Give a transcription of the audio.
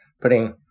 putting